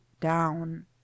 down